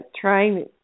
Trying